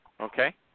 Okay